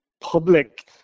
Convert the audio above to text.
public